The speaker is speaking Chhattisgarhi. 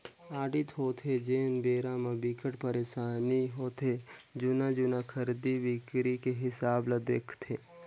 आडिट होथे तेन बेरा म बिकट परसानी होथे जुन्ना जुन्ना खरीदी बिक्री के हिसाब ल देखथे